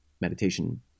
meditation